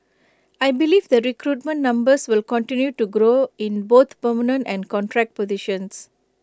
I believe the recruitment numbers will continue to grow in both permanent and contract positions